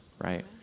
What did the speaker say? right